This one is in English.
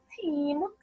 team